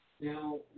Now